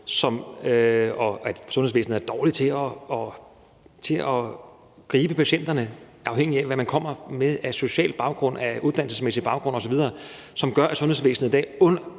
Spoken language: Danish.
sundhedsvæsenet er dårligt til at gribe patienterne, afhængig af hvad man kommer med af social baggrund og uddannelsesmæssig baggrund osv. Det gør, at sundhedsvæsenet i dag